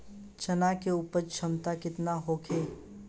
चना के उपज क्षमता केतना होखे?